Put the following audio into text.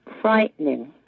frightening